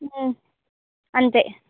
అంతే